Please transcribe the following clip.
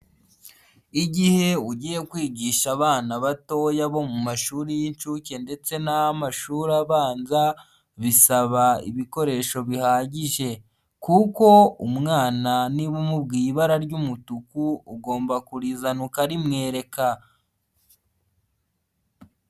Igihe ugiye kwigisha abana batoya bo mu mashuri y'inshuke ndetse n'amashuri abanza, bisaba ibikoresho bihagije kuko umwana niba umubwiye ibara ry'umutuku ugomba kurizana ukarimwereka.